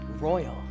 royal